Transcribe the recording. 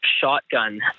shotgun